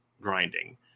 grinding